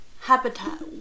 Habitat